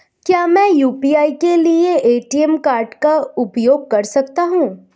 क्या मैं यू.पी.आई के लिए ए.टी.एम कार्ड का उपयोग कर सकता हूँ?